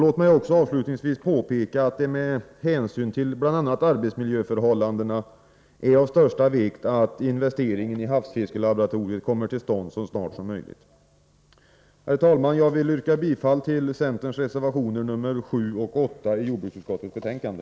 Låt mig avslutningsvis påpeka att det med hänsyn till bl.a. arbetsmiljöförhållandena är av största vikt att investeringen i havsfiskelaboratoriet kommer till stånd så snart som möjligt. Herr talman! Jag yrkar bifall till centerns reservationer nr 7 och 8 i jordbruksutskottets betänkande.